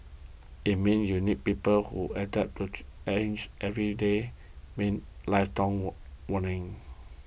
it means you need people who adapt to every day means lifelong warning